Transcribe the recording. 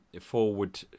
forward